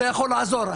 זה יכול לעשות.